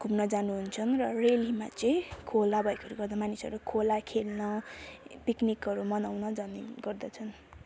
घुम्न जानु हुन्छन् र रेलीमा चाहिँ खोला भएकोले गर्दा मानिसहरू खोला खेल्न पिकनिकहरू मनाउन जाने गर्दछन्